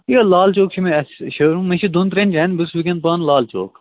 ہے لال چوک چھُ مےٚ اَسہِ شو روٗم مےٚ چھِ دۄن ترٛٮ۪ن جایَن بہٕ چھُس وُنکٮ۪ن پانہٕ لال چوک